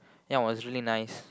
that was really nice